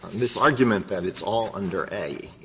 this argument that it's all under a?